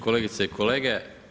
Kolegice i kolege.